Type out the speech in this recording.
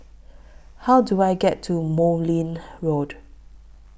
How Do I get to Road